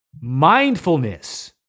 Mindfulness